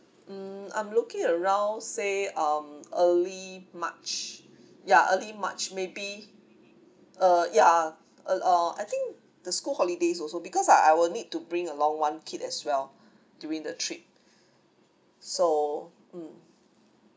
mm I'm looking around say um early march ya early march may be uh ya uh uh I think the school holidays also because I I will need to bring along one kid as well during the trip so mm